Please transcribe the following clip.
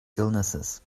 illnesses